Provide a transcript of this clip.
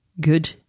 good